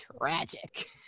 Tragic